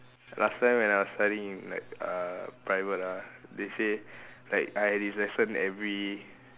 last time when I was studying in like uh private ah they say like I had this lesson every